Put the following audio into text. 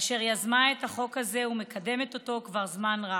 אשר יזמה את החוק הזה ומקדמת אותו כבר זמן רב.